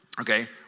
okay